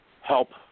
help